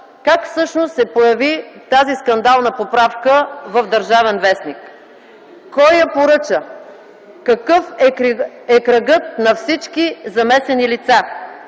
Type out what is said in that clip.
как всъщност се появи тази скандална поправка в „Държавен вестник”, кой я поръча, какъв е кръгът на всички замесени лица.